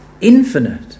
Infinite